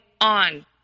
on